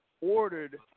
ordered